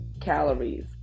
calories